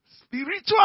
Spiritual